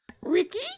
Ricky